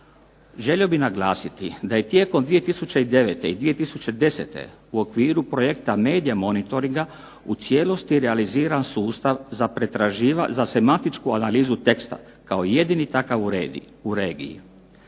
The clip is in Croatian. Želio bih naglasiti da je tijekom 2009. i 2010. u okviru projekta medija monitoringa u cijelosti realiziran sustav za semantičku analizu teksta kao jedini takav u regiji.